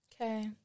okay